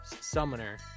Summoner